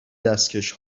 دستکش